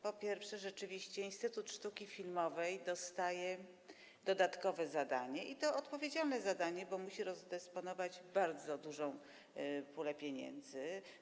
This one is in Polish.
Po pierwsze, rzeczywiście Polski Instytut Sztuki Filmowej dostaje dodatkowe zadanie, i to odpowiedzialne zadanie, bo musi rozdysponować bardzo dużą pulę pieniędzy.